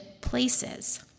places